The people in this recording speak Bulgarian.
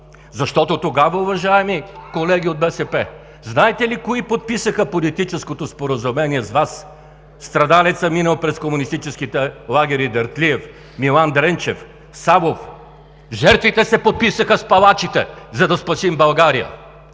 Защото тогава, уважаеми колеги от БСП, знаете ли кои подписаха политическото споразумение с Вас – страдалецът, минал през комунистическите лагери – Дертлиев, Милан Дренчев, Савов?! Жертвите се подписаха с палачите, за да спасим България!